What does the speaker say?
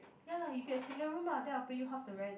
ya you get single room lah then I pay you half the rent